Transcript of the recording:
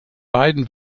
beiden